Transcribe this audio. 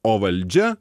o valdžia